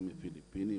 גם מהפיליפינים,